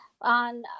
On